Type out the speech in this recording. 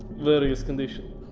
various condition.